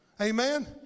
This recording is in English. Amen